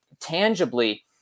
tangibly